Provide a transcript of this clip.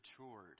matured